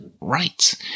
rights